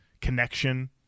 connection